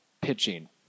pitching